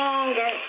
Longer